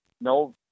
no